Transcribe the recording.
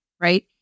Right